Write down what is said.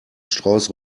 strauß